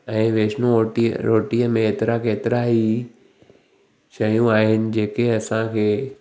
ऐं वैश्नो रोटी रोटीअ में हेतिरा केतिरा ई शयूं आहिनि जेके असांखे